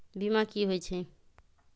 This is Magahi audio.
बीमा कि होई छई?